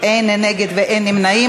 אין נגד ואין נמנעים.